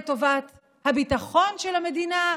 לטובת הביטחון של המדינה,